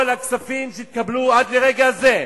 כל הכספים שהתקבלו עד לרגע הזה,